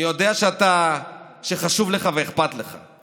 אני יודע שחשוב לך ואכפת לך,